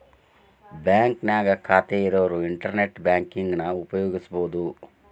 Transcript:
ಬಾಂಕ್ನ್ಯಾಗ ಖಾತೆ ಇರೋರ್ ಇಂಟರ್ನೆಟ್ ಬ್ಯಾಂಕಿಂಗನ ಉಪಯೋಗಿಸಬೋದು